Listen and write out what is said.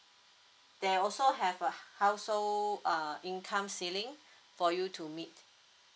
they also have a household uh income ceiling for you to meet